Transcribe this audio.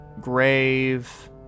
Grave